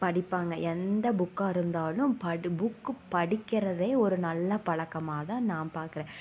படிப்பாங்க எந்த புக்காக இருந்தாலும் புக்கு படிக்கிறதே ஒரு நல்ல பழக்கமாக தான் நான் பாக்கிறேன்